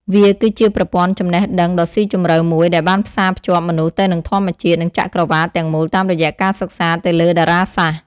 វាគឺជាប្រព័ន្ធចំណេះដឹងដ៏ស៊ីជម្រៅមួយដែលបានផ្សារភ្ជាប់មនុស្សទៅនឹងធម្មជាតិ និងចក្រវាឡទាំងមូលតាមរយៈការសិក្សាទៅលើតារាសាស្ត្រ។